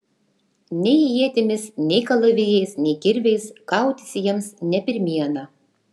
nei ietimis nei kalavijais nei kirviais kautis jiems ne pirmiena